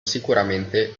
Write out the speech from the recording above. sicuramente